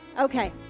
Okay